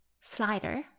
slider